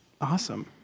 Awesome